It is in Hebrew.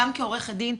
גם כעורכת דין,